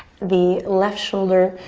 the left shoulder,